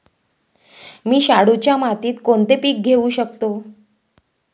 मी शाडूच्या मातीत कोणते पीक घेवू शकतो?